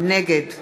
נגד